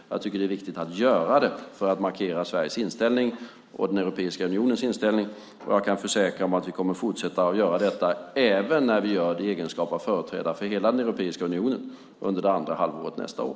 Jag tycker att det är viktigt att göra det för att markera Sveriges inställning och Europeiska unionens inställning. Jag kan försäkra att vi kommer att fortsätta att göra detta även när vi gör det i egenskap av företrädare för hela Europeiska unionen under det andra halvåret nästa år.